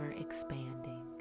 expanding